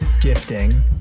gifting